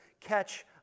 catch